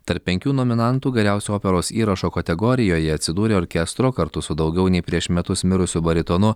tarp penkių nominantų geriausio operos įrašo kategorijoje atsidūrė orkestro kartu su daugiau nei prieš metus mirusiu baritonu